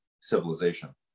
civilization